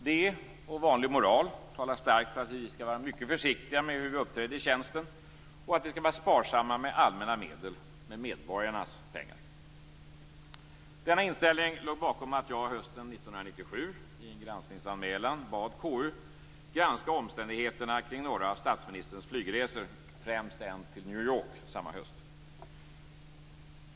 Det och vanlig moral talar starkt för att vi skall vara mycket försiktiga med hur vi uppträder i tjänsten och att vi skall vara sparsamma med allmänna medel, med medborgarnas pengar. Denna inställning låg bakom att jag hösten 1997 i en granskningsanmälan bad KU granska omständigheterna kring några av statsministerns flygresor, främst en till New York samma höst.